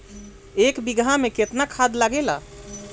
एक बिगहा में केतना खाद लागेला?